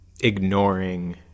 ignoring